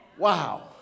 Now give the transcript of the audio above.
Wow